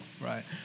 right